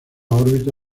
órbita